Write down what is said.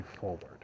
forward